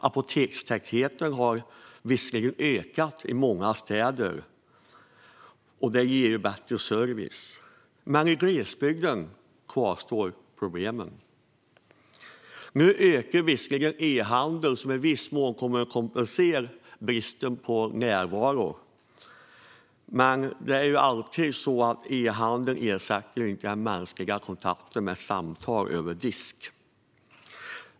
Apotekstätheten har ökat i många städer, vilket ger bättre service, men i glesbygden kvarstår problemen. Visserligen ökar e-handeln, vilket i viss mån kommer att kompensera bristen på närvaro, men e-handeln ersätter inte den mänskliga kontakten med samtal över disk.